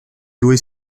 due